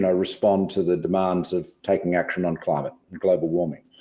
yeah respond to the demands of taking action on climate, global warming,